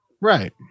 Right